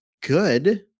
good